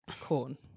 corn